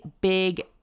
big